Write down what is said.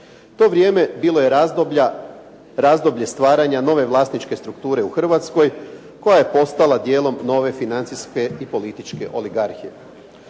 To vrijeme bilo je razdoblje stvaranja nove vlasničke strukture u Hrvatskoj koja je postala djelom nove financijske i političke oligarhije.